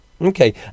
Okay